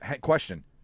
question